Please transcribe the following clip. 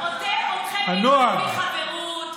אתכם מינו לפי חברות,